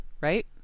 right